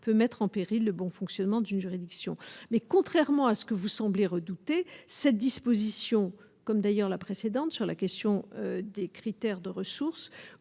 peut mettre en péril le bon fonctionnement d'une juridiction, mais contrairement à ce que vous semblez redouter cette disposition comme d'ailleurs la précédente sur la question des critères de ressources,